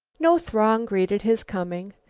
no throng greeted his coming.